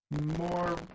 more